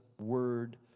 word